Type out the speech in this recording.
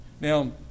Now